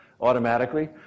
automatically